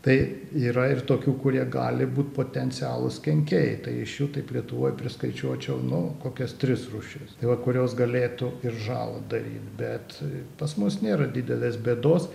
tai yra ir tokių kurie gali būt potencialūs kenkėjai tai iš jų taip lietuvoj priskaičiuočiau nu kokias tris rūšis tai va kurios galėtų ir žalą daryt bet pas mus nėra didelės bėdos